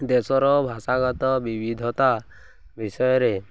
ଦେଶର ଭାଷାଗତ ବିବିଧତା ବିଷୟରେ